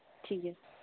ᱴᱷᱤᱠ ᱜᱮᱭᱟ